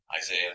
Isaiah